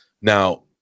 Now